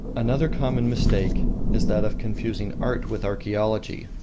another common mistake is that of confusing art with archaeology.